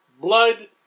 blood